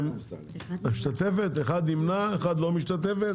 1 נמנע, 1 לא משתתפת.